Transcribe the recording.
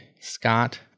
Scott